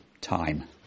time